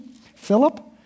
Philip